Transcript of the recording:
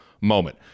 moment